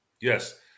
Yes